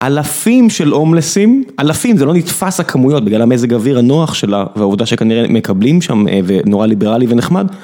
אלפים של הומלסים, אלפים, זה לא נתפס הכמויות בגלל המזג האוויר הנוח שלה והעובדה שכנראה מקבלים שם ונורא ליברלי ונחמד.